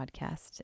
podcast